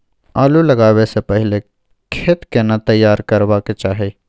आलू लगाबै स पहिले खेत केना तैयार करबा के चाहय?